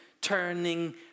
turning